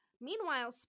Meanwhile